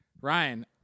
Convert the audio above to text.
Ryan